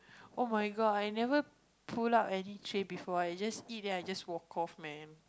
oh-my-god I never pull out any chain before I just eat then I just walk off man